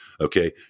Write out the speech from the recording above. okay